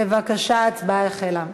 בבקשה, ההצבעה החלה.